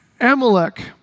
amalek